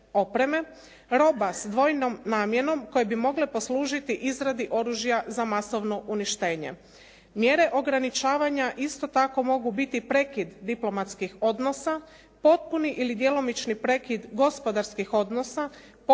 opreme, roba s dvojnom namjenom koje bi mogle poslužiti izradi oružja za masovno uništenje. Mjere ograničavanja isto tako mogu biti prekid diplomatskih odnosa, potpuni ili djelomični prekid gospodarskih odnosa,